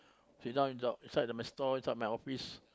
sit down in~ inside my store inside my office